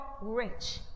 rich